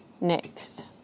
Next